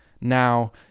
Now